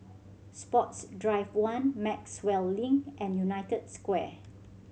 Sports Drive One Maxwell Link and United Square